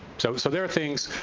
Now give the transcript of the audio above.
so so there are things,